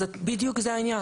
אז בדיוק זה העניין.